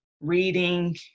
reading